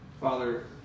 Father